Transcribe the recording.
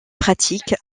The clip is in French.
pratique